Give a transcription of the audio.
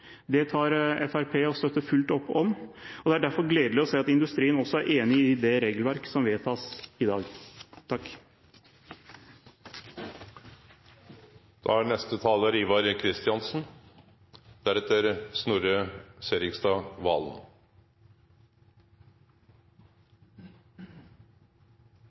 fullt opp om. Det er derfor gledelig å se at industrien er enig i det regelverk som i dag foreslås vedtatt. Det er,